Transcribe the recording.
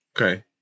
Okay